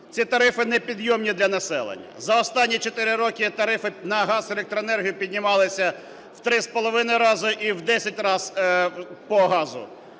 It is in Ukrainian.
Ці тарифи непідйомні для населення. За останні чотири роки тарифи на газ і електроенергію піднімалися в 3,5 рази і в 10 разів по газу.